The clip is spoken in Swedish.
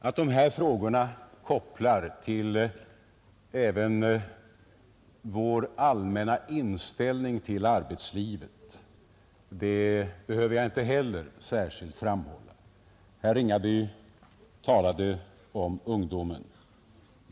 Att dessa frågor kopplar till vår allmänna inställning till arbetslivet behöver jag inte särskilt framhålla. Herr Ringaby talade om ungdomen.